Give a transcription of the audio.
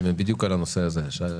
על הנושא הזה.